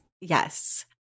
Yes